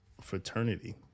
fraternity